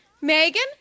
Megan